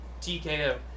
TKO